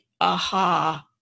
aha